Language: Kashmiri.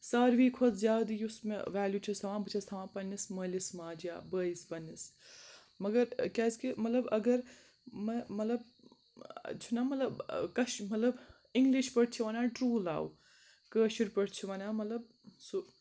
ساروی کھۄتہٕ زیادٕ یُس مےٚ ویلیوٗ چھَس تھاوان بہٕ چھَس تھاوان پَنٛنِس مٲلِس ماجہِ یا بٲیِس پَننِٛس مگر کیٛازِکہِ مطلب اَگر مےٚ مطلب چھُنَہ مطلب کَش مطلب اِنٛگلِش پٲٹھۍ چھِ وَنان ٹروٗ لَو کٲشُر پٲٹھۍ چھِ وَنان مطلب سُہ